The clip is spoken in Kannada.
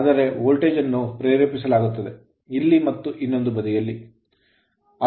ಆದರೆ ವೋಲ್ಟೇಜ್ ಅನ್ನು ಪ್ರೇರೇಪಿಸಲಾಗುತ್ತದೆ ಇಲ್ಲಿ ಮತ್ತು ಇನ್ನೊಂದು ಬದಿಯಲ್ಲಿ ಮಾತ್ರ